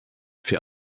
für